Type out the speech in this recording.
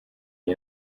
iyi